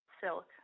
silk